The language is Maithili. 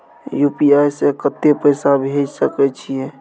यु.पी.आई से कत्ते पैसा भेज सके छियै?